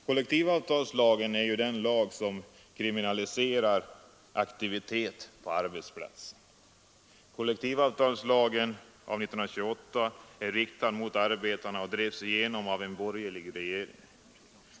Kollektivavtalslagen är den lag som kriminaliserar aktivitet på arbetsplatsen. Kollektivavtalslagen av 1928 är riktad mot arbetarna och drevs igenom av en borgerlig regering.